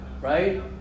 right